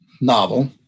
novel